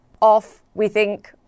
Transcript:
off-we-think